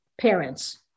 parents